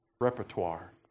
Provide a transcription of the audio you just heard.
repertoire